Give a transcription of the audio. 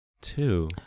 Two